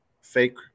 fake